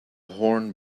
horn